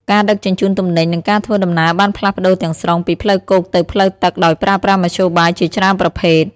ការដឹកជញ្ជូនទំនិញនិងការធ្វើដំណើរបានផ្លាស់ប្តូរទាំងស្រុងពីផ្លូវគោកទៅផ្លូវទឹកដោយប្រើប្រាស់មធ្យោបាយជាច្រើនប្រភេទ។